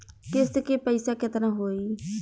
किस्त के पईसा केतना होई?